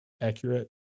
accurate